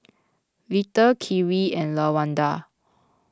Little Kyrie and Lawanda